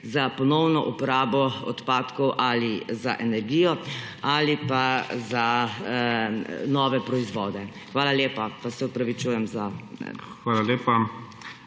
za ponovno uporabo odpadkov ali za energijo ali pa za nove proizvode. Hvala lepa, pa se opravičujem …